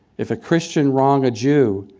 if a christian wrong a jew,